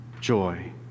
joy